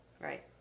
Right